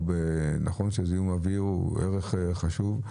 נכון שזיהום האוויר הוא ערך חשוב,